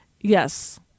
Yes